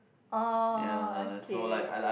oh okay